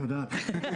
תודה.